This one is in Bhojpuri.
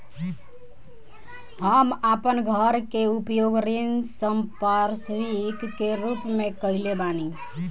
हम आपन घर के उपयोग ऋण संपार्श्विक के रूप में कइले बानी